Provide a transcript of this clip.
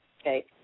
okay